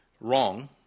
wrong